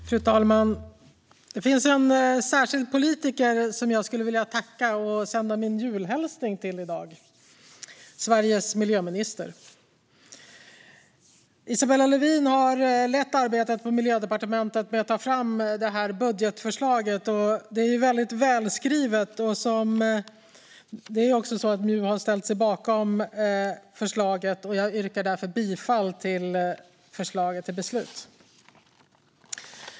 Fru talman! Det finns en särskild politiker som jag skulle vilja tacka och sända min julhälsning till i dag: Sveriges miljöminister. Isabella Lövin har lett arbetet på Miljödepartementet med att ta fram detta budgetförslag, som är väldigt välskrivet. Det är också så att MJU har ställt sig bakom förslaget, och jag yrkar därför bifall till förslaget till beslut.